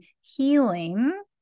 healing